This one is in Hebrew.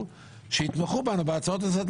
שיתמכו בנו בהצעות לסדר.